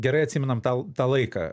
gerai atsimenam tą l tą laiką